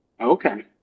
Okay